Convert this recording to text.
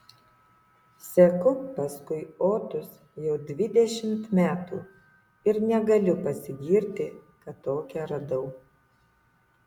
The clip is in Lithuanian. seku paskui otus jau dvidešimt metų ir negaliu pasigirti kad tokią radau